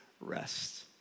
rest